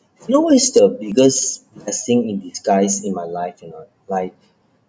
you know what is the biggest blessing in disguise in my life you know like